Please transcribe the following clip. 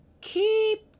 keep